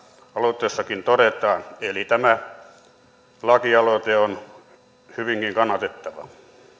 aloitteessakin todetaan eli tämä lakialoite on hyvinkin kannatettava